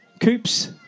Coops